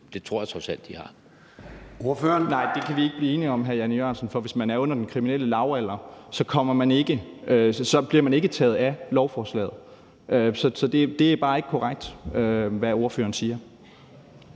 det kan vi ikke blive enige om, hr. Jan E. Jørgensen, for hvis man er under den kriminelle lavalder, bliver man ikke taget af lovforslaget. Så det er bare ikke korrekt, hvad ordføreren siger.